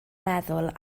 meddwl